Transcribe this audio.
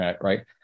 right